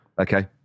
Okay